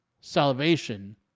salvation